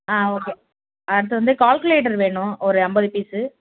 ஆ okay அடுத்து வந்து calculator வேணும் ஒரு ஐம்பது பீஸ்ஸு